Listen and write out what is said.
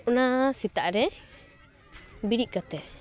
ᱚᱱᱟ ᱥᱮᱛᱟᱜ ᱨᱮ ᱵᱤᱨᱤᱫ ᱠᱟᱛᱮ